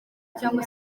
cyangwa